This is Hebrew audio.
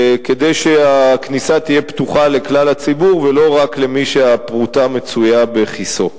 כדי שהכניסה תהיה פתוחה לכלל הציבור ולא רק למי שהפרוטה מצויה בכיסו.